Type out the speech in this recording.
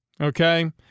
okay